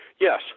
Yes